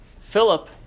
Philip